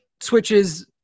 switches